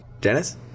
Dennis